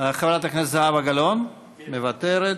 חברת הכנסת זהבה גלאון, מוותרת,